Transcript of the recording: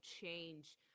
change